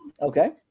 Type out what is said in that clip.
Okay